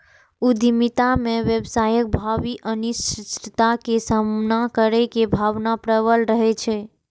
उद्यमिता मे व्यवसायक भावी अनिश्चितता के सामना करै के भावना प्रबल रहै छै